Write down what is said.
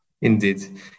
Indeed